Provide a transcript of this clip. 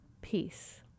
Peace